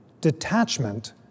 Detachment